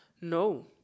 No